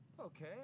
Okay